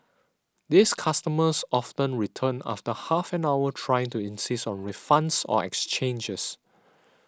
these customers often return after half an hour trying to insist on refunds or exchanges